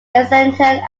islington